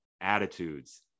attitudes